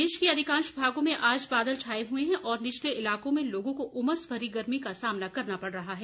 प्रदेश के अधिकांश भागों में आज बादल छाए हुए हैं और निचले इलाकों में लोगों को उमस भरी गर्मी का सामना करना पड़ रहा है